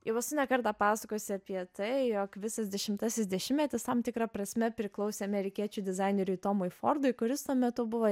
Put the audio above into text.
jau esu ne kartą pasakojusi apie tai jog visas dešimtasis dešimtmetis tam tikra prasme priklausė amerikiečių dizaineriui tomui fordui kuris tuo metu buvo